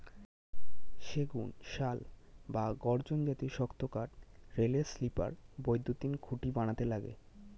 সেগুন, শাল বা গর্জন জাতীয় শক্ত কাঠ রেলের স্লিপার, বৈদ্যুতিন খুঁটি বানাতে লাগে